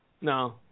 no